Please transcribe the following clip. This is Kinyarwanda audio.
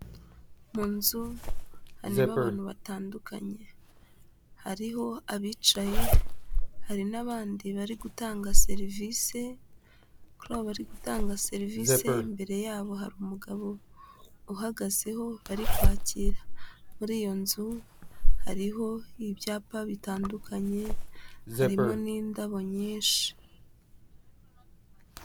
Mu nzu harimo abantu batandukanye, hariho abicaye, hari n'abandi bari gutanga serivisi, kuri abo bari gutanga serivisi imbere yabo hari umugabo uhagazeho bari kwakira, muri iyo nzu hariho ibyapa bitandukanye, harimo n'indabo nyinshi.